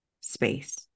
space